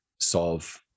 solve